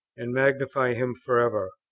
and magnify him for ever